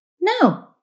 No